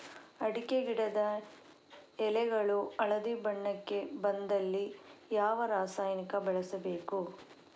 ಅಡಿಕೆ ಗಿಡದ ಎಳೆಗಳು ಹಳದಿ ಬಣ್ಣಕ್ಕೆ ಬಂದಲ್ಲಿ ಯಾವ ರಾಸಾಯನಿಕ ಬಳಸಬೇಕು?